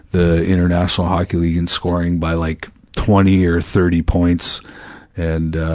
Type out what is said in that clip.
the international hockey league in scoring by like twenty or thirty points and ah,